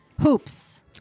Hoops